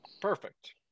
Perfect